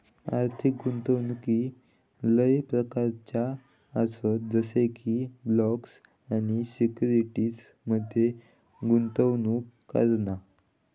आर्थिक गुंतवणूक लय प्रकारच्ये आसत जसे की बॉण्ड्स आणि सिक्युरिटीज मध्ये गुंतवणूक करणा